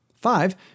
Five